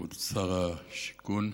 שר השיכון,